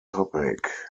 topic